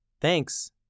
Thanks